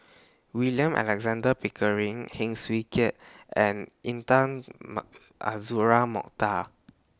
William Alexander Pickering Heng Swee Keat and Intan Ma Azura Mokhtar